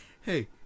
hey